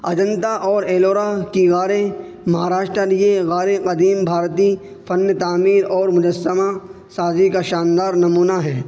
اجنتا اور ایلورا کی غاریں مہاراشٹن یہ غاریں قدیم بھارتی فن تعمیر اور مجسمہ سازی کا شاندار نمونہ ہیں